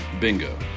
Bingo